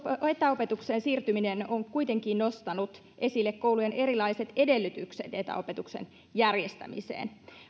etäopetukseen siirtyminen on kuitenkin nostanut esille koulujen erilaiset edellytykset etäopetuksen järjestämiseen